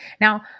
Now